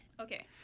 okay